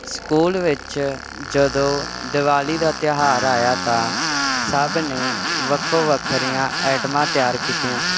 school ਵਿੱਚ ਜਦੋਂ ਦਿਵਾਲੀ ਦਾ ਤਿਉਹਾਰ ਆਇਆ ਤਾਂ ਸਭ ਨੇ ਵੱਖੋ ਵੱਖਰੀਆਂ ਆਈਟਮਾਂ ਤਿਆਰ ਕੀਤੀਆਂ